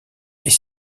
est